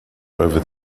over